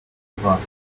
parte